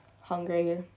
hungry